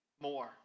more